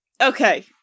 okay